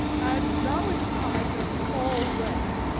and now it's time that you all went.